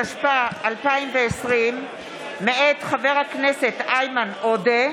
התשפ"א 2020, מאת חבר הכנסת איימן עודה,